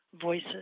voices